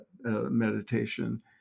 meditation